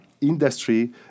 industry